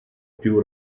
più